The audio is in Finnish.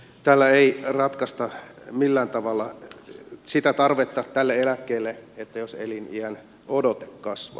tällä ei ratkaista millään tavalla sitä tarvetta tälle eläkkeelle jos eliniänodote kasvaa